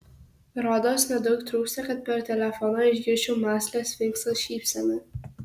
rodos nedaug trūksta kad per telefoną išgirsčiau mąslią sfinkso šypseną